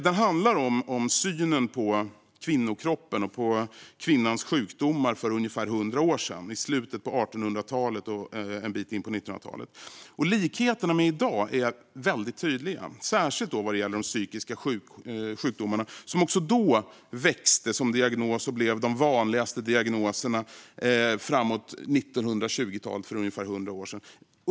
Den handlar om synen på kvinnokroppen och på kvinnans sjukdomar för ungefär 100 år sedan, i slutet av 1800-talet och en bit in på 1900-talet. Likheterna med i dag är mycket tydliga, särskilt vad gäller de psykiska sjukdomarna, som också då växte och blev de vanligaste diagnoserna framåt 1920-talet - för ungefär 100 år sedan.